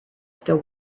still